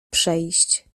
przejść